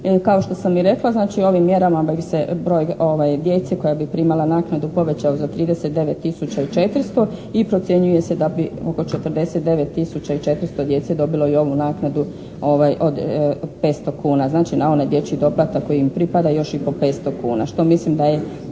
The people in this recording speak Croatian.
Kao što sam i rekla, znači ovim mjerama bi se broj djece koja bi primala naknadu povećao za 39 tisuća i 400 i procjenjuje se da bi oko 49 tisuća i 400 djece dobilo i ovu naknadu od 500 kuna, znači na onaj dječji doplatak koji im pripada još i po 500 kuna što mislim da je